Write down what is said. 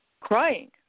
crying